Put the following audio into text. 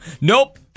Nope